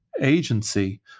agency